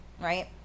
right